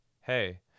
hey